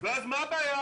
ואז מה הבעיה?